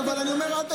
אין ספק, הכול בסדר.